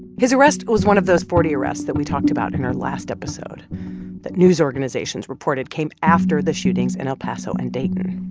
his arrest was one of those forty arrests that we talked about in our last episode that news organizations reported came after the shootings in el paso and dayton.